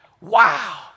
Wow